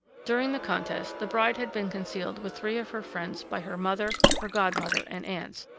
during the contest, the bride had been concealed with three of her friends by her mother, her godmother, and aunts,